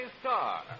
Star